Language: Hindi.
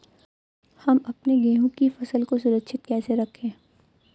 हम अपने गेहूँ की फसल को सुरक्षित कैसे रखें?